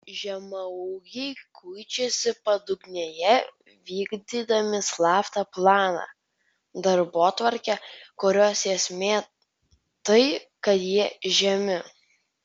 žemaūgiai kuičiasi padugnėje vykdydami slaptą planą darbotvarkę kurios esmė tai kad jie žemi